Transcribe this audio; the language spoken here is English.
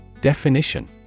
Definition